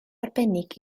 arbennig